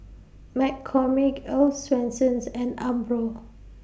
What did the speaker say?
McCormick Earl's Swensens and Umbro